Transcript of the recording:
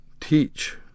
teach